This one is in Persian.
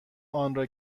آنرا